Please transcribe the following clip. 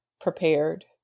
prepared